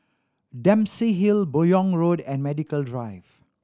Dempsey Hill Buyong Road and Medical Drive